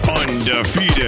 undefeated